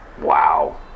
Wow